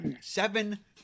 seven